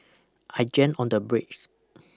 I jammed on the brakes